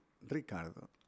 Ricardo